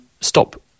stop